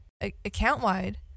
account-wide